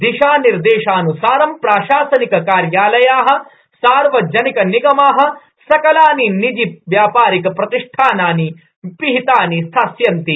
दिशानिर्देशानुसारं प्राशासनिक कार्यालया सार्वजनिक निगमा सकलानि निजि व्यापारिक प्रतिष्ठानानि पिहिता स्थास्यन्ति